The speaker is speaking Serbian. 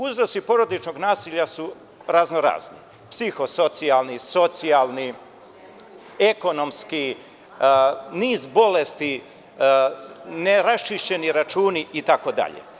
Uzroci porodičnog nasilja su razno-razni, psihosocijalni, ekonomski, niz bolesti, neraščišćeni računi itd.